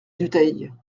dutheil